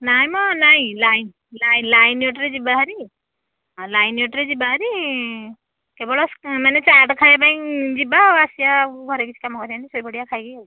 ନାଇଁମ ନାଇଁ line line ଅଟୋରେ ଯିବା ହେରି ଆଉ ଲାଇନ ଅଟୋରେ ଯିବା ହେରି କେବଳ ମାନେ ଚାଟ ଖାୟା ପାଇଁ ଯିବା ଆଉ ଆସିଆ ଘରେ କିଛି କାମ କରିଆନି ଶୋଇପଡ଼ିଆ ଖାଇକି ଆଉ